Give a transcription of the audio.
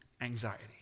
anxiety